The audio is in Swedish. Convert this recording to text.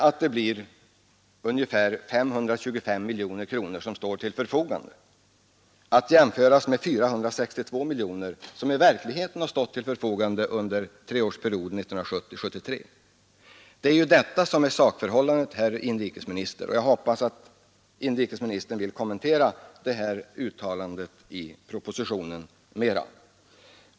Låt oss säga att ungefär 525 miljoner kronor skulle stå till förfogande med den beräkningen — vilket skall jämföras med 462 miljoner kronor, som i verkligheten har stått till förfogande under treårsperioden 1970-1973. Detta är sakförhållandet, herr inrikesminister. Jag hoppas att inrikesministern ytterligare vill kommentera det citerade uttalandet i propositionen.